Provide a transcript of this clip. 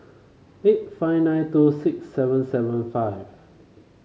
eight five nine two six seven seven five